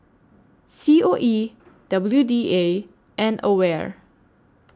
C O E W D A and AWARE